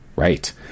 right